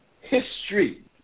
history